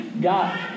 God